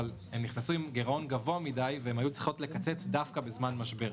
אבל הם נכנסו עם גירעון גבוה מדי והם היו צריכות לקצץ דווקא בזמן משבר.